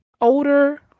Older